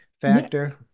factor